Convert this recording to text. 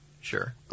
Sure